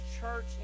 church